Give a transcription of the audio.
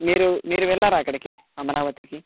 మీరు మీరు వెళ్ళారా అక్కడకి అమరావతికి